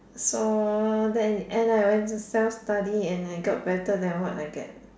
so then it end up I went to self-study and it got better than what I get